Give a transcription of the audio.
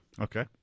Okay